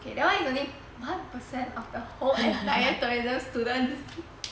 okay that [one] is only one per cent of the whole entire tourism students